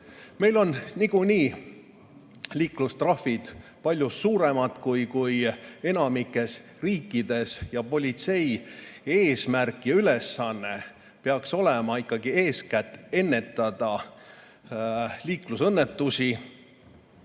Meil on nagunii liiklustrahvid palju suuremad kui enamikus riikides. Politsei eesmärk ja ülesanne peaks olema ikkagi eeskätt ennetada liiklusõnnetusi,